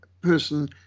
person